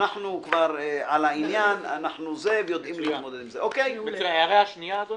אנחנו כבר בעניין ויודעים להתמודד עם זה.